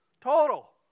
total